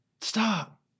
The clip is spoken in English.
stop